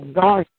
God